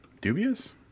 Dubious